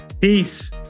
Peace